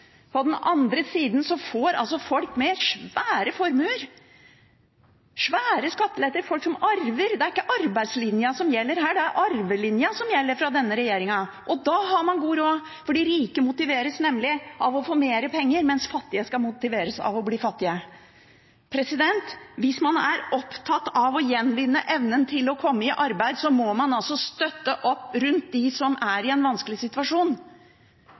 På den andre siden får altså folk med svære formuer svære skatteletter, og folk som arver – det er ikke arbeidslinja som gjelder her, det er arvelinja som gjelder for denne regjeringen. Og da har man god råd, de rike motiveres nemlig av å få mer penger, mens fattige skal motiveres av å bli fattige. Hvis man er opptatt av å gjenvinne evnen til å komme i arbeid, må man støtte opp om dem som er i en vanskelig situasjon.